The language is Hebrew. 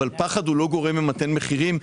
אבל פחד הוא לא גורם ממתן מחירים,